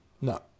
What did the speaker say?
No